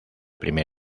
primer